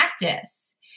practice